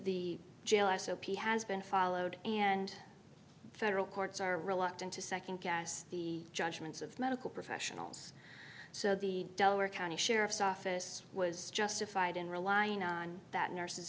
soapie has been followed and federal courts are reluctant to nd guess the judgments of medical professionals so the delaware county sheriff's office was justified in relying on that nurse